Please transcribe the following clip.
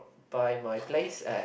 by my place at